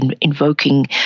invoking